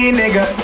nigga